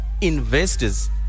investors